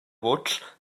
vots